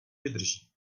vydrží